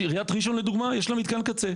עיריית ראשון לדוגמה, יש לה מתקן קצה.